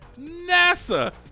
NASA